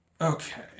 Okay